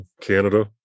Canada